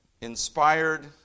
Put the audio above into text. Inspired